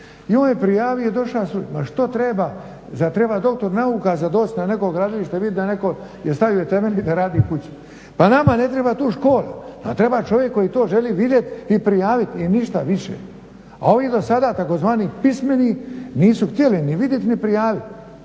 i on je prijavio i došao sud. Ma što treba, zar treba doktor nauka za doći na neko gradilište i vidjet da je netko stavio temelj i da radi kućicu. Pa nama ne treba tu škole, nama treba čovjek koji to želi vidjeti i prijaviti i ništa više. A ovi dosada takozvani pismeni nisu htjeli ni vidjeti ni prijaviti,